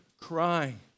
crying